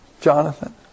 Jonathan